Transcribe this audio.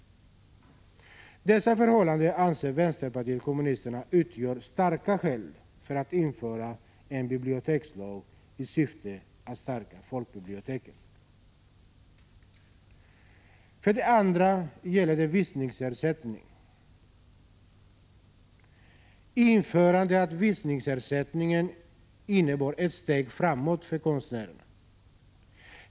Dessa förhållanden anser vänsterpartiet kommunisterna utgöra starka skäl för att införa en bibliotekslag i syfte att stärka folkbiblioteken. För det andra gäller det visningsersättning. Införandet av visningsersättningen innebar ett steg framåt för konstnärerna.